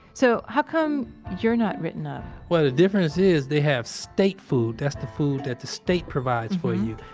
so how come you're not written up? well the difference is they have state food, that's the food that the state provides for you.